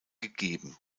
gegeben